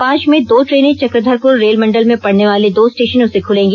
पांच में दो ट्रेनें चक्रधरपुर रेलमंडल में पड़ने वाले दो स्टेशनों से खुलेंगी